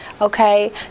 Okay